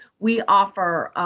we offer